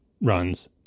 runs